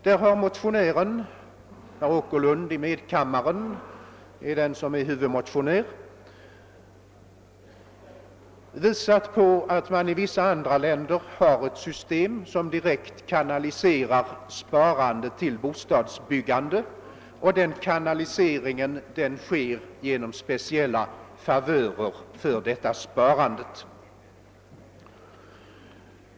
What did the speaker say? Herr Åkerlund, som är huvudmotionär i medkammaren, har därvidlag vi sat på att man i vissa andra länder har ett system som direkt kanaliserar sparande till bostadsbyggande. Den kanaliseringen sker genom speciella favörer för detta sparande.